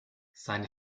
seine